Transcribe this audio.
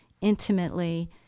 intimately